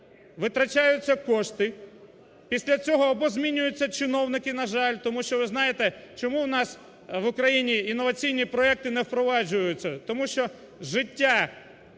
витрачаються кошти, після цього або змінюються чиновники, на жаль. Тому що ви знаєте, чому в нас в Україні інноваційні проекти не впроваджуються? Тому життя